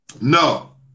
No